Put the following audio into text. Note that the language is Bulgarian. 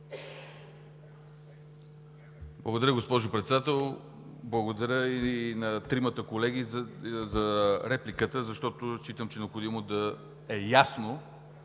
Благодаря, госпожо Председател. Благодаря и на тримата колеги за репликите, защото считам, че е необходимо да е ясно